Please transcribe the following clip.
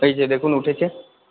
এই যে দেখুন উঠেছে